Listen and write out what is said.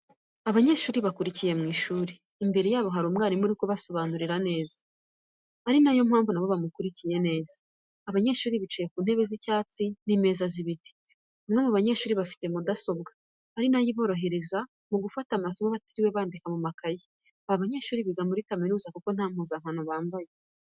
Abanyeshuri bakurikiye mu ishuri, imbere yabo hari umwarimu uri kubasobanurira neza ari na yo mpamvu na bo bamukurikiye neza. Abanyeshuri bicaye ku ntebe z'icyatsi n'imeza z'ibiti. Bamwe mu banyeshuri bafite mudasobwa, ari na yo iborohereza gufata amasomo batiriwe bandika mu makayi. Aba banyeshuri biga muri kaminuza kuko nta mpuzankano bambaye.